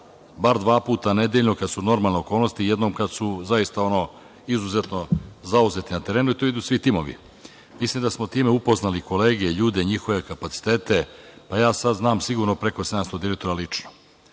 bar dva puta nedeljno kada su normalne okolnosti i jednom kada su zaista izuzetno zauzeti na terenu i tu idu svi timovi. Mislim da smo time upoznali kolege, ljude, njihove kapacitete, sigurno sada znam preko 700 direktora lično.